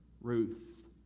Ruth